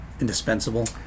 Indispensable